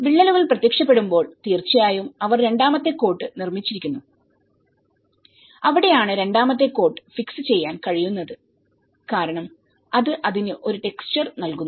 വിള്ളലുകൾ പ്രത്യക്ഷപ്പെടുമ്പോൾ തീർച്ചയായും അവർ രണ്ടാമത്തെ കോട്ട് നിർമ്മിച്ചിരിക്കുന്നു അവിടെയാണ് രണ്ടാമത്തെ കോട്ട് ഫിക്സ് ചെയ്യാൻ കഴിയുന്നത് കാരണം അത് അതിന് ഒരു ടെക്സ്ചർ നൽകുന്നു